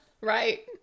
Right